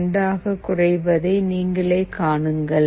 2 ஆக குறைவதை நீங்களே காணுங்கள்